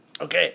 Okay